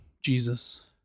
Jesus